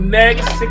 next